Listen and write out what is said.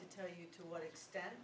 to tell you to what extent